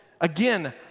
Again